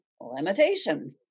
limitation